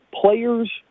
players